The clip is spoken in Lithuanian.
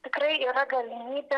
tikrai yra galimybė